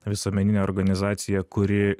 visuomeninė organizacija kuri